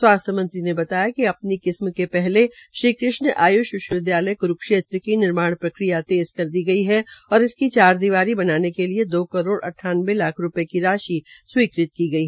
स्वास्थ्य मंत्री ने बताया कि अपनी किस्म के पहले श्री कृष्ण आय्ष विश्वविदयालय क्रूक्षेत्र की निर्माण प्रक्रिया तेज़ कर दी गई है और इस की चारदवारी बनाने के लिए दो करोड़ अट्टानवे लाख रूपये की राशि स्वीकृत की गई है